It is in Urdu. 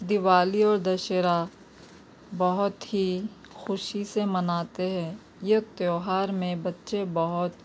دیوالی اور دشہرا بہت ہی خوشی سے مناتے ہیں یہ تہوار میں بچے بہت